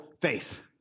faith